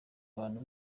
abantu